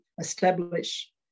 establish